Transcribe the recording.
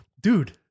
dude